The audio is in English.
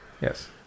yes